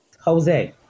Jose